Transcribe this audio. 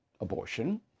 abortion